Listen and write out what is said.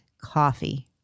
Coffee